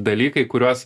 dalykai kuriuos